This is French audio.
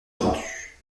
rendu